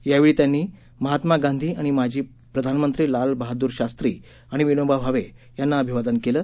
यावेळी त्यांनी महात्मा गांधी आणि माजी पंतप्रधान लाल बहाद्र शास्त्री आणि विनोबा भावे यांना अभिवादन केलं